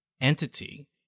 entity